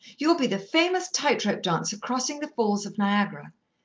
you'll be the famous tight-rope dancer crossing the falls of niagara.